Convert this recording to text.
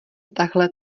takhle